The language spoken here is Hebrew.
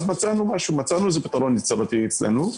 מצאנו איזה פתרון יצירתי אצלנו.